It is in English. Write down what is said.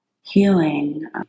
healing